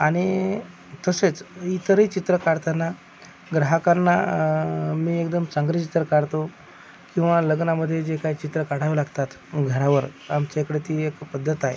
आणि तसेच इतरही चित्रं काढताना ग्राहकांना मी एकदम चांगलं चित्र काढतो किंवा लग्नामध्ये जे काही चित्रं काढावे लागतात घरावर आमच्या इकडे ती एक पध्दत आहे